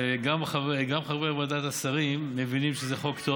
וגם חברי ועדת השרים מבינים שזה חוק טוב